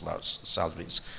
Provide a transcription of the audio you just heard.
salaries